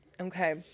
Okay